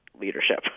leadership